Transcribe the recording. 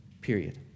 Period